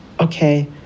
okay